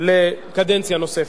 לקדנציה נוספת.